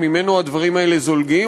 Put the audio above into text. שממנו הדברים האלה זולגים,